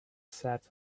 sat